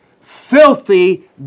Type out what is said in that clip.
filthy